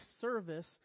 service